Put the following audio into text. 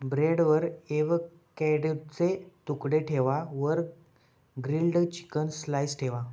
ब्रेडवर एवोकॅडोचे तुकडे ठेवा वर ग्रील्ड चिकन स्लाइस ठेवा